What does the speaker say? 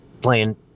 playing